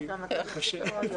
ממשיכים,